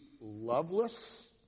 loveless